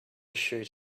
shoot